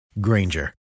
Granger